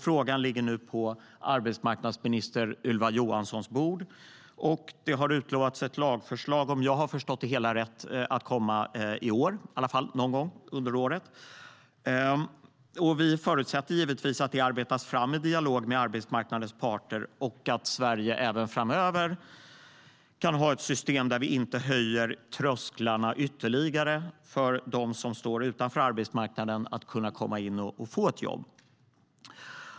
Frågan ligger nu på arbetsmarknadsminister Ylva Johanssons bord, och om jag har förstått det hela rätt har man lovat att ett lagförslag ska komma någon gång under året. Vi förutsätter givetvis att förslaget arbetas fram i dialog med arbetsmarknadens parter och att Sverige även framöver kan ha ett system där vi inte ytterligare höjer trösklarna för dem som står utanför arbetsmarknaden att kunna komma in och få ett jobb.